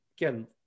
again